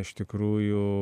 iš tikrųjų